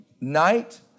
night